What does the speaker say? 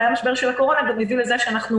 אולי המשבר של הקורונה גם יביא לכך שאנחנו